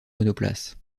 monoplace